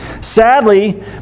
Sadly